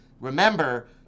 Remember